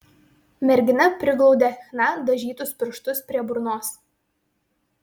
mergina priglaudė chna dažytus pirštus prie burnos